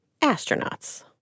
astronauts